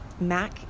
Mac